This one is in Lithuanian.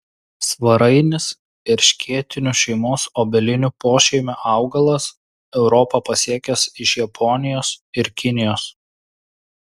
svarainis erškėtinių šeimos obelinių pošeimio augalas europą pasiekęs iš japonijos ir kinijos